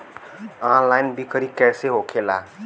Online बिक्री कैसे होखेला?